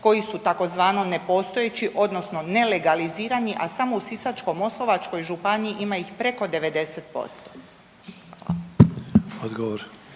koji su tzv. nepostojeći, odnosno nelegalizirani. A samo u Sisačko-moslavačkoj županiji ima ih preko 90%.